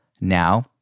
Now